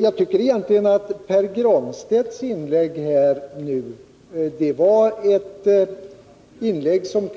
Jag tycker egentligen att Pär Granstedts inlägg här